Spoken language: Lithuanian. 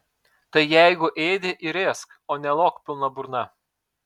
tai jeigu ėdi ir ėsk o ne lok pilna burna